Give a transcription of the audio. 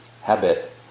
habit